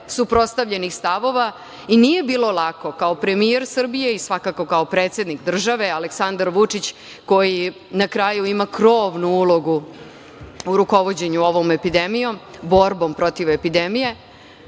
suprotstavljenih stavova i nije bilo lako kao premijer Srbije i svakako kao predsednik države, Aleksandar Vučić, koji na kraju ima krovnu ulogu u rukovođenju ovom epidemijom, borbom protiv epidemije,